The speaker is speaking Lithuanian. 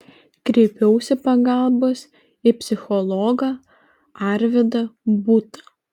kreipiausi pagalbos į psichologą arvydą būtą